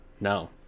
no